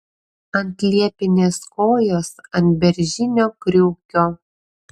ant liepinės kojos ant beržinio kriukio